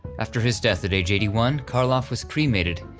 after his death at age eighty one karloff was cremated,